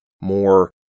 more